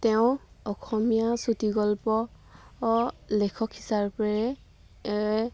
তেওঁ অসমীয়া চুটিগল্প লেখক হিচাপে